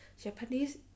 Japanese